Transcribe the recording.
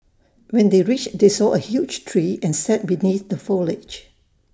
when they reached they saw A huge tree and sat beneath the foliage